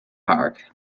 park